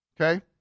okay